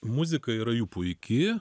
muzika yra jų puiki